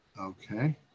Okay